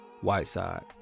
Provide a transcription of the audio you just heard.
Whiteside